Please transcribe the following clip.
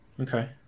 Okay